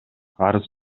арыз